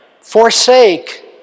forsake